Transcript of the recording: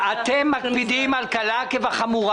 אתם מקפידים על קלה כבחמורה.